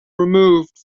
removed